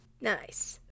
Nice